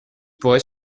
pourrait